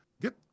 get